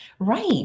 Right